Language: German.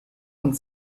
und